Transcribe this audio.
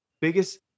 biggest